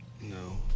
No